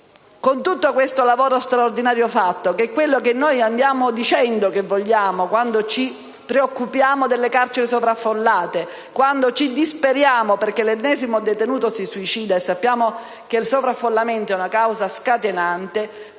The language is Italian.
tutto il lavoro straordinario svolto, che è poi quello che andiamo dicendo che vogliamo quando ci preoccupiamo delle carceri sovraffollate, o ci disperiamo per l'ennesimo suicidio di un detenuto (e sappiamo che il sovraffollamento è una causa scatenante),